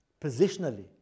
positionally